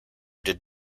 did